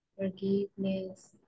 forgiveness